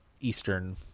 eastern